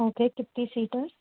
okay कितनी seater